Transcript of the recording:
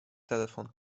telephone